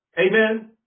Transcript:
Amen